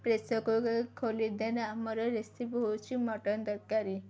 pressure cooker ଖୋଲିଦେନ୍ ଆମର recipe ହେଉଛି ମଟନ୍ ତରକାରୀ